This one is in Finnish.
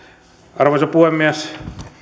arvoisa puhemies